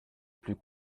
plus